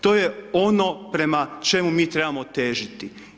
To je ono prema čemu mi trebamo težiti.